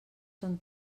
són